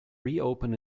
reopen